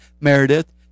Meredith